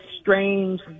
strange